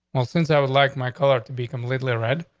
well, since i would like my color to be completely red,